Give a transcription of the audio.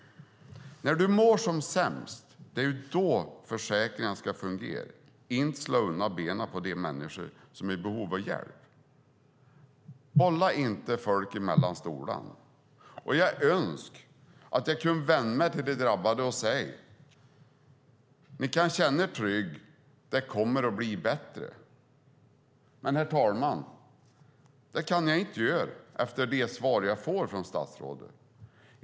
Det är när du mår som sämst som försäkringen ska fungera, inte slå undan benen på de människor som är i behov av hjälp. Bolla inte folk mellan stolarna! Jag önskar att jag kunde vända mig till de drabbade och säga: Ni kan känna er trygga, det kommer att bli bättre. Men, herr talman, det kan jag inte göra efter de svar jag får från statsrådet.